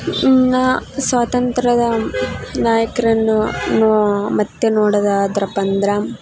ಇನ್ನ ಸ್ವಾತಂತ್ರ್ಯದ ನಾಯಕರನ್ನು ನೋ ಮತ್ತೆ ನೋಡೋದಾದ್ರಪ್ಪಂದರ